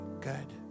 Good